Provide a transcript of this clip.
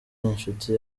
inshuti